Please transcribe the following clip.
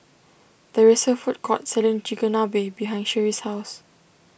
there is a food court selling Chigenabe behind Sherie's house